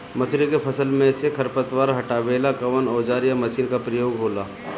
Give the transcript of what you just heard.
मसुरी के फसल मे से खरपतवार हटावेला कवन औजार या मशीन का प्रयोंग होला?